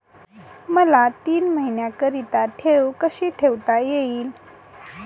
मला तीन महिन्याकरिता ठेव कशी ठेवता येईल?